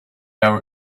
our